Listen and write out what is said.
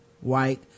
white